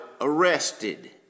arrested